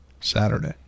Saturday